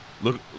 Look